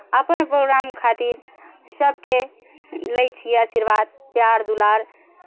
आपन प्रोग्राम खातिर सबके लै छियै आशीर्वाद प्यार दुलार